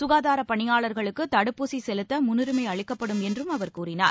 சுகாதார பணியாளா்களுக்கு தடுப்பூசி செலுத்த முன்னுரிமை அளிக்கப்படும் என்றும் அவர் கூறினார்